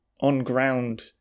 on-ground